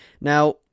Now